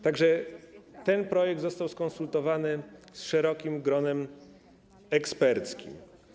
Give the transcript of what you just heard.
Tak że ten projekt został skonsultowany z szerokim gronem eksperckim.